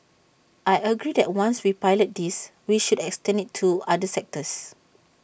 I agree that once we pilot this we should extend IT to other sectors